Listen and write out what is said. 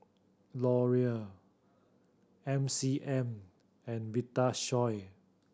Laurier M C M and Vitasoy